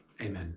Amen